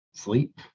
sleep